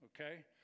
okay